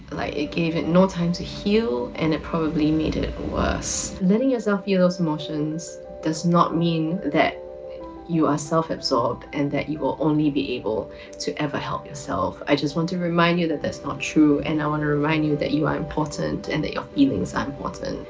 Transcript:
like it gave it no time to heal and it probably made it worse. letting yourself feel those emotions does not mean that you are self-absorbed and that you will only be able to ever help yourself. i just want to remind you that that's not true and i want to remind you that you are important and that your feelings are important.